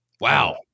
wow